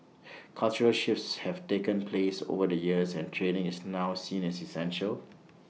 cultural shifts have taken place over the years and training is now seen as essential